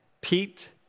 Pete